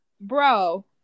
bro